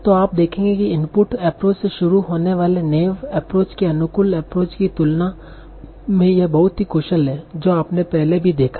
तो आप देखेंगे कि इनपुट एप्रोच से शुरू होने वाले नैव एप्रोच के अनुकूल एप्रोच की तुलना में यह बहुत ही कुशल है जो आपने पहले भी देखा है